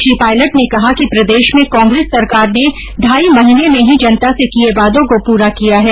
श्री पायलट ने कहा कि प्रदेश में कांग्रेस सरकार ने ढाई महीने में ही जनता से किये वादों को पूरा किया है